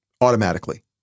automatically